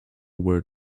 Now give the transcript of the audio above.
where